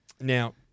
Now